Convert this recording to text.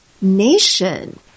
nation